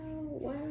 wow